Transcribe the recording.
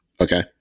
okay